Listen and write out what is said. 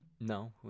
No